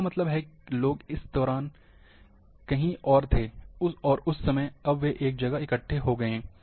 इसका मतलब है लोग इस समय के दौरान कहीं और थे और उस समय अब वे एक जगह इकट्ठे हो गए हैं